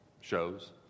shows